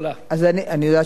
אני יודעת שאני יכולה.